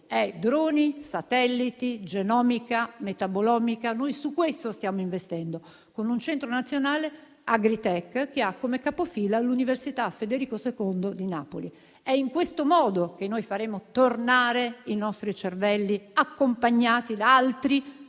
droni, satelliti, genomica, metabolomica. Noi su questo stiamo investendo con un centro nazionale *agritech,* che ha come capofila l'Università Federico II di Napoli. È in questo modo che noi faremo tornare i nostri cervelli, accompagnati da altri cervelli